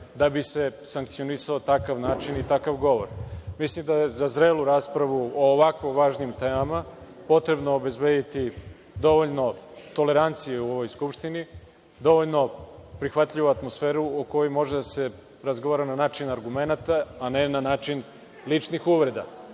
da bi se sankcionisao takav način i takav govor. Mislim da je za zrelu raspravu o ovako važnim temama, potrebno obezbediti dovoljno toleranciju u ovoj Skupštini, dovoljno prihvatljivu atmosferu o kojima može da se razgovara na način argumenata, a ne na način ličnih uvreda. Dakle,